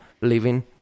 living